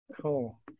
Cool